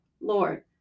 Lord